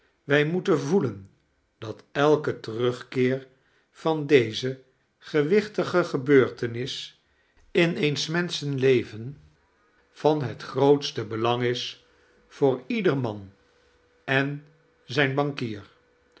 wij moeten voelen dat elke terugkeer van deze gewichtige gebeurtenis in pen s menschen leven van het grootste belang is voor ieder man en zijn bankier